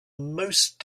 most